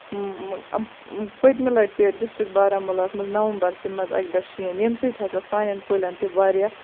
اۭں اۭں پٔتمہِ لَٹہِ پیٚیو ڈِسٹرک بارہمُلہَس منٛز نَومبرسٕے منٛز اَکہِ دۄہ شیٖن ییٚمہِ سۭتۍ ہسا سانٮ۪ن کُلٮ۪ن تہِ واریاہ